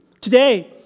today